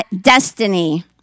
destiny